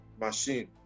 machine